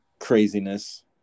craziness